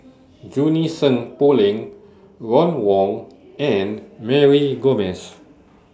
Junie Sng Poh Leng Ron Wong and Mary Gomes